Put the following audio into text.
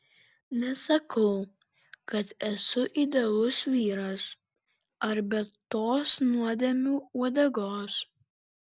nesakau kad esu idealus vyras ar be tos nuodėmių uodegos